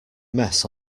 mess